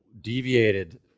deviated